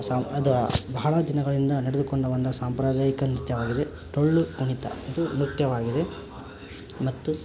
ಸಾಮ್ ಅದು ಬಹಳ ದಿನಗಳಿಂದ ನಡೆದುಕೊಂಡು ಬಂದ ಸಾಂಪ್ರದಾಯಿಕ ನೃತ್ಯವಾಗಿದೆ ಡೊಳ್ಳುಕುಣಿತ ಇದು ನೃತ್ಯವಾಗಿದೆ ಮತ್ತು